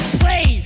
play